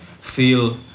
feel